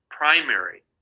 Primary